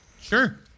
Sure